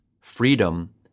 Freedom